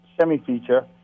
semi-feature